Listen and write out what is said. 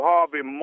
Harvey